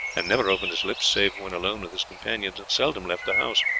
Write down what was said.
and never opened his lips save when alone with his companions, and seldom left the house.